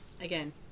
again